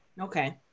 Okay